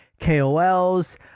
KOLs